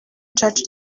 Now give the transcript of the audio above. church